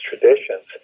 traditions